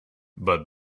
but